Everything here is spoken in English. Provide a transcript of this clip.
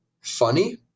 Funny